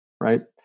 right